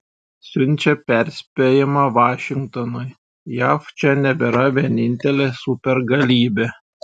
siunčia perspėjimą vašingtonui jav čia nebėra vienintelė supergalybė